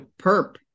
perp